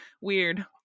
Weird